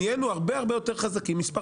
נהיינו הרבה הרבה יותר חזקים מספר